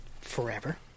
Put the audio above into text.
Forever